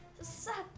Suck